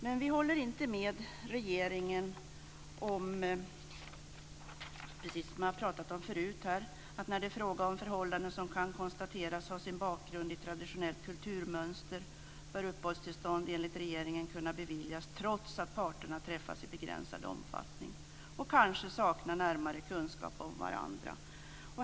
Men vi håller inte med regeringen om - det här har man pratat om förut - att uppehållstillstånd bör kunna beviljas när det är fråga om förhållanden som kan konstateras ha sin bakgrund i traditionellt kulturmönster trots att parterna träffats i begränsad omfattning och kanske saknar närmare kunskap om varandra.